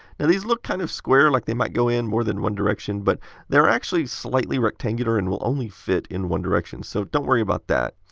and these look kind of square like they might go in more than one direction, but they are actually slightly rectangular and will only fit one direction, so don't worry about that.